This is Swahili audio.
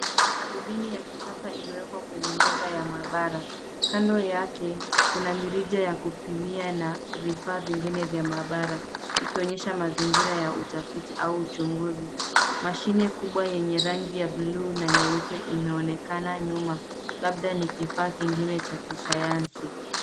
Darubini ya kisasa imewekwa kwenye meza ya maabara kando yake kuna mirija ya kupimia na vifaa vingine vya maabara ikionyesha maziringira ya utafiti au uchunguzi mashine kubwa yenye rangi ya bluu na nyeupe inaonekana nyuma labda ni kifaa kingine cha kisayansi.